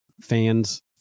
fans